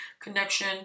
connection